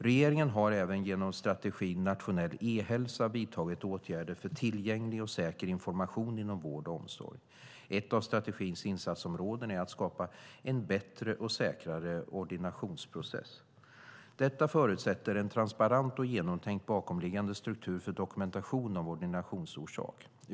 Regeringen har även genom strategin Nationell e-hälsa vidtagit åtgärder för tillgänglig och säker information inom vård och omsorg. Ett av strategins insatsområden är att skapa en bättre och säkrare ordinationsprocess. Detta förutsätter en transparent och genomtänkt bakomliggande struktur för dokumentation av ordinationsorsak.